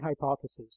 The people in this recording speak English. hypothesis